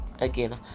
Again